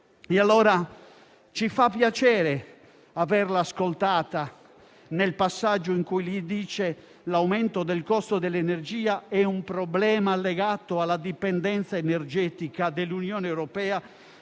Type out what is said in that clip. ha fatto piacere averla ascoltata nel passaggio in cui ha detto che l'aumento del costo dell'energia è un problema legato alla dipendenza energetica dell'Unione europea